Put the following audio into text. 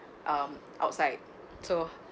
um outside so